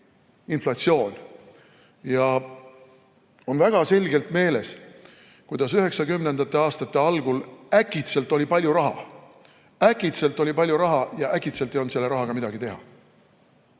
inflatsioon ja mul on väga selgelt meeles, et 1990. aastate algul äkitselt oli palju raha. Äkitselt oli palju raha ja äkitselt ei olnud selle rahaga midagi teha.